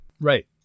Right